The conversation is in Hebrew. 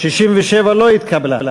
67 לא התקבלה.